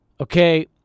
okay